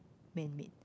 man made